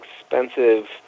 expensive